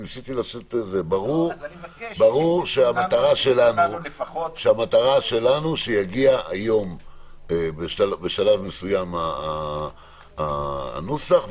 ברור שהמטרה שלנו שיגיע היום בשלב מסוים הנוסח,